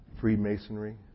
Freemasonry